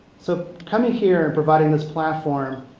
so coming here and providing this platform